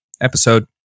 Episode